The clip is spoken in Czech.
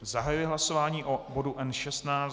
Zahajuji hlasování o bodu N16.